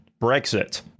Brexit